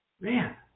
Man